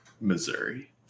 Missouri